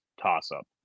toss-up